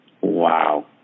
Wow